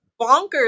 bonkers